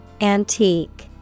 Antique